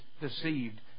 deceived